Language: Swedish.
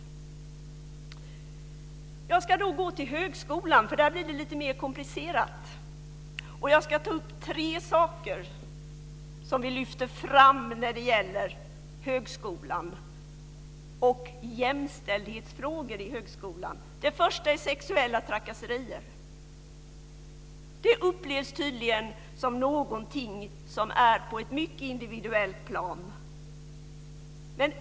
Jag ska då gå till högskolan, för där blir det lite mer komplicerat. Jag ska ta upp tre saker som vi lyfter fram när det gäller högskolan och jämställdhetsfrågor i högskolan. Det första är sexuella trakasserier. Det upplevs tydligen som någonting som är på ett mycket individuellt plan.